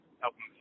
helping